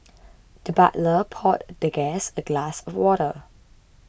the butler poured the guest a glass of water